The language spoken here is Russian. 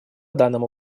данному